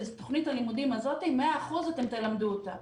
את תוכנית הלימודים הזאת 100% אתם תלמדו אותם.